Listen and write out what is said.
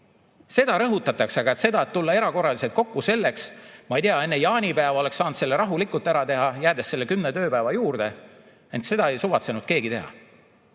Seda rõhutatakse, aga seda, et tulla erakorraliselt kokku selleks, ma ei tea, enne jaanipäeva oleks saanud selle rahulikult ära teha, jäädes selle kümne tööpäeva juurde, ent seda ei suvatsenud keegi teha.